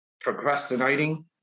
procrastinating